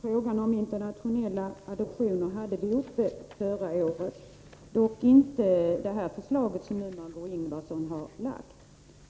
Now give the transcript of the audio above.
Fru talman! Frågan om internationella adoptioner hade vi uppe förra året, dock inte det förslag som Margö Ingvardsson nu har ställt.